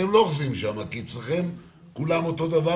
אתם לא אוחזים שם כי אצלכם כולם אותו דבר,